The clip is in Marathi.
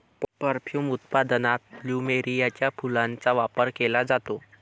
परफ्यूम उत्पादनात प्लुमेरियाच्या फुलांचा वापर केला जातो